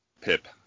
pip